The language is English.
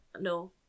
No